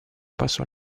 посол